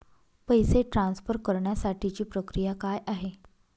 पैसे ट्रान्सफर करण्यासाठीची प्रक्रिया काय आहे?